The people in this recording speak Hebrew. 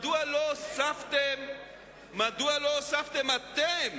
מדוע לא הוספתם אתם